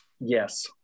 Yes